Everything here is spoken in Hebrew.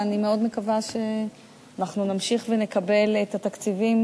ואני מאוד מקווה שנמשיך ונקבל את התקציבים